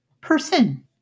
person